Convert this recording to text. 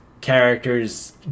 characters